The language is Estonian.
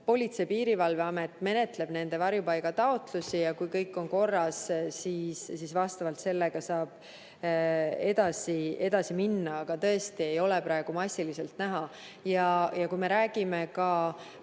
Politsei- ja Piirivalveamet menetleb nende varjupaigataotlusi ja kui kõik on korras, siis saab sellega edasi minna, aga tõesti ei ole praegu neid massiliselt näha. Kui me räägime oma